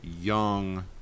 young